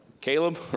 Caleb